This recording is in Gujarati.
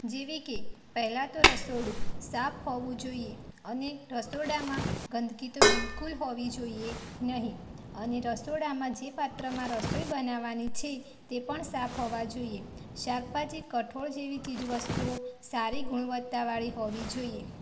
જેવી કે પહેલાં તો રસોડું સાફ હોવું જોઇએ અને રસોડામાં ગંદકી તો બિલકુલ હોવી જોઇએ નહીં અને રસોડામાં જે પાત્રમાં રસોઈ બનાવવાની છે તે પણ સાફ હોવાં જોઇએ શાકભાજી કઠોળ જેવી ચીજવસ્તુઓ સારી ગુણવત્તાવાળી હોવી જોઇએ